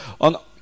on